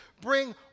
bring